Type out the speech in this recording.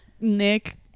nick